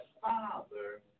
Father